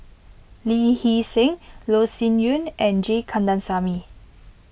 Lee Hee Seng Loh Sin Yun and G Kandasamy